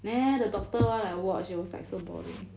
neh the doctor [one] I watch it was like so boring